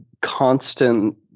constant